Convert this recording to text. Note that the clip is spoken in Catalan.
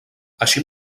així